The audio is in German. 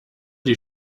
die